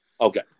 Okay